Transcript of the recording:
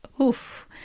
Oof